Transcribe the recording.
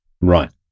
Right